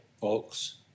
folks